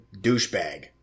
douchebag